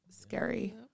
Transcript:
scary